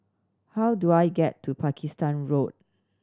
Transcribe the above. how do I get to Pakistan Road